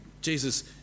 Jesus